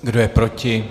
Kdo je proti?